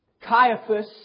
Caiaphas